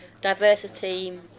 Diversity